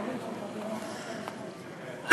לכנסת היא רוח